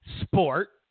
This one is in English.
sport